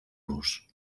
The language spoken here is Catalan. los